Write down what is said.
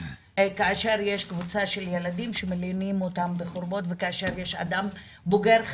כאשר יש קבוצה של ילדים שמלינים אותם בחורבות וכאשר יש אדם בוגר,